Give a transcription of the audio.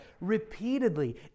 repeatedly